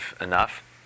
enough